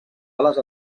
ales